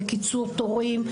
וקיצור תורים,